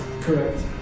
Correct